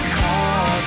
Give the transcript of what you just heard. call